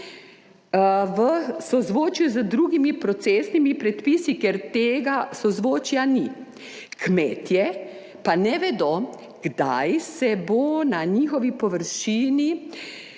v sozvočju z drugimi procesnimi predpisi, ker tega sozvočja ni, kmetje pa ne vedo kdaj se bo na njihovi površini